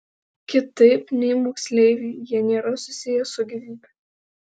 kitaip nei moksleiviai jie nėra susiję su gyvybe